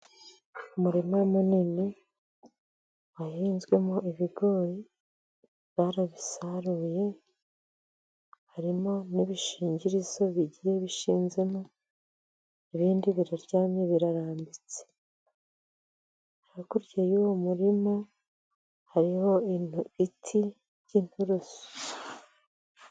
Umurima munini wahinzwemo ibigori, barabisaruye, harimo n'ibishingirizo bigiye bishinzemo, ibindi biraryamye birarambitse. Hakurya y'uwo murima, hariho igiti ry'inturusu.